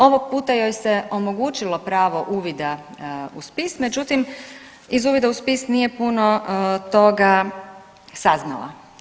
Ovoj puta joj se omogućilo pravo uvida u spis, međutim iz uvida u spis nije toga saznala.